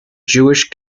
jewish